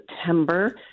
September